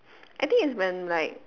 I think is when like